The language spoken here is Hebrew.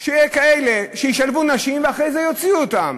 כך שיהיו כאלה שישלבו נשים ואחרי זה יוציאו אותן.